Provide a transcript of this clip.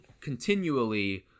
continually